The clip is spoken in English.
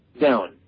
down